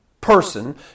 person